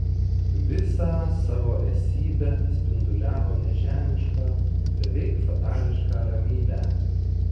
visą savo esybe spinduliavo nežemišką beveik fatališką ramybę